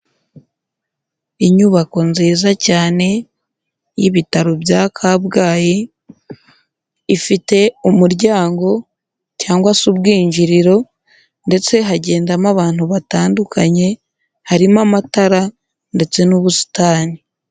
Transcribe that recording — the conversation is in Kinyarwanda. Inyubako nziza cyane y'ibitaro bya Kabgayi ifite umuryango cyangwa se ubwinjiriro ndetse hagendamo abantu batandukanye harimo amatara ndetse n'ubusitani.